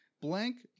Blank